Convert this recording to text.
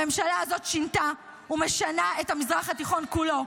הממשלה הזאת שינתה ומשנה את המזרח התיכון כולו,